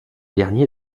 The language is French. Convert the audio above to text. dernier